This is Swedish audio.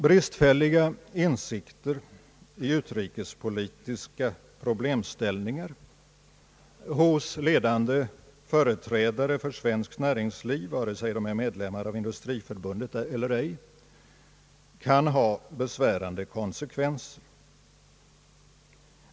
Bristfälliga insikter i utrikespolitiska problemställningar hos ledande företrädare för svenskt näringsliv, vare sig de är medlemmar i Industriförbundet eller ej, kan få besvärande konsekvenser.